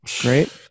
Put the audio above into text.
great